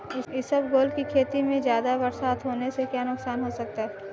इसबगोल की खेती में ज़्यादा बरसात होने से क्या नुकसान हो सकता है?